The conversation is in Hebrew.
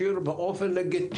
אין לנו בעיה.